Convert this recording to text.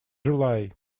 july